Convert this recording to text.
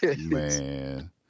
Man